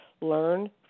learn